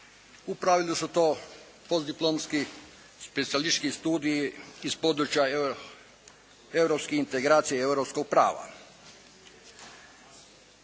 U pravilu su to post diplomski specijalistički studiji iz područja europskih integracija i europskog prava.